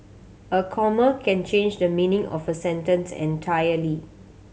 a comma can change the meaning of a sentence entirely